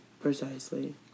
Precisely